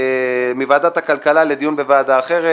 מוועדת הכלכלה לדיון בוועדה אחרת.